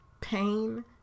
pain